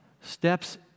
steps